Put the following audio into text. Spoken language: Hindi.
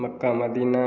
Mecca Medina